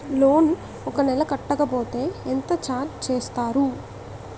Loan ఒక నెల కట్టకపోతే ఎంత ఛార్జ్ చేస్తారు?